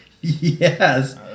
Yes